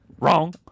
Wrong